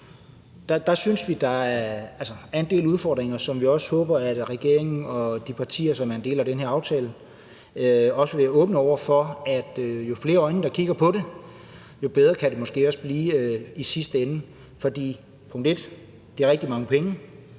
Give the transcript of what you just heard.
der er en del udfordringer, hvor vi også håber, at regeringen og de partier, som er en del af den her aftale, vil være åbne over for, at jo flere øjne, der kigger på det, jo bedre kan det måske også blive i sidste ende. For der er tale om rigtig mange penge,